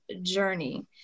journey